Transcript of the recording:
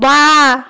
বাঁ